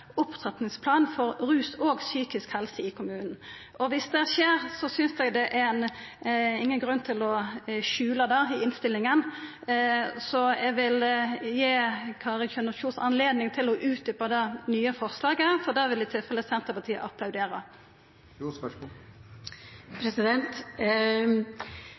opptrappingsplan for rusfeltet og psykisk helse i kommunen. Viss det skjer, synest eg ikkje det er nokon grunn til å skjula det i innstillinga. Eg vil gi Kari Kjønaas Kjos høve til å utdjupa det nye forslaget, for det vil i tilfelle Senterpartiet